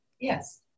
Yes